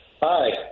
Hi